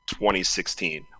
2016